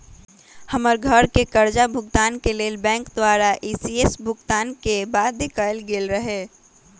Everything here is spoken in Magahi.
हमर घरके करजा भूगतान के लेल बैंक द्वारा इ.सी.एस भुगतान के बाध्य कएल गेल रहै